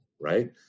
right